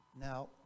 Now